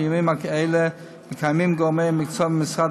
בימים אלו מקיימים גורמי המקצוע במשרד